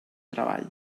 treball